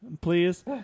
please